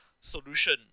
solution